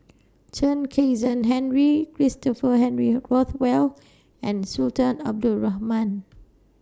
Chen Kezhan Henri Christopher Henry Rothwell and Sultan Abdul Rahman